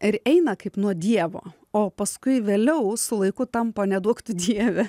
ir eina kaip nuo dievo o paskui vėliau su laiku tampa neduok tu dieve